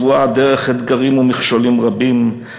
עוד זרועה הדרך אתגרים ומכשולים רבים.